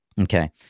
Okay